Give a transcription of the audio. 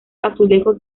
azulejos